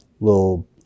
little